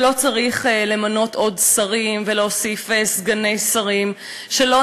ולא צריך למנות עוד שרים ולהוסיף סגני שרים שלא